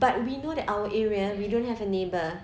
but we know that our area we don't have a neighbour